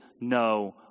no